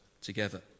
together